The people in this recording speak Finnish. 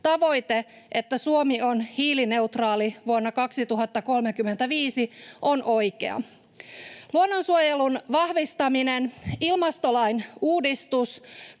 Tavoite, että Suomi on hiilineutraali vuonna 2035, on oikea. Luonnonsuojelun vahvistaminen, ilmastolain uudistus,